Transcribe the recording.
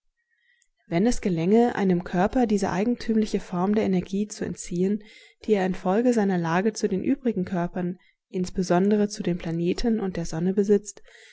wenn es gelänge einem körper diese eigentümliche form der energie zu entziehen die er infolge seiner lage zu den übrigen körpern insbesondere zu den planeten und der sonne besitzt